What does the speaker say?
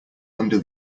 under